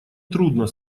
трудно